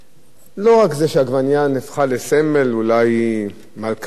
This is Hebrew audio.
העגבנייה לא רק הפכה לסמל, אולי מלכת הירקות,